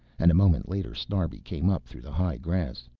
and a moment later snarbi came up through the high grass.